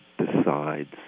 Decides